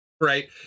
right